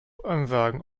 ansagen